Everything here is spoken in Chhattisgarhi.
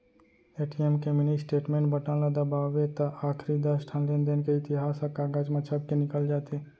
ए.टी.एम के मिनी स्टेटमेंट बटन ल दबावें त आखरी दस ठन लेनदेन के इतिहास ह कागज म छपके निकल जाथे